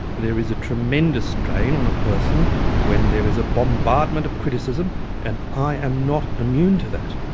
there is a tremendous strain on a person when there is a bombardment of criticism and i am not immune to that.